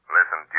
Listen